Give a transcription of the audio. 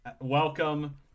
welcome